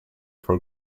for